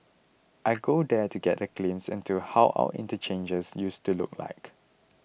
I go there to get a glimpse into how our interchanges used to look like